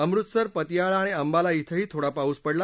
अमृतसर पतियाळा आणि अंबाला इथंही थोडा पाऊस पडला